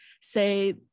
say